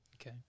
Okay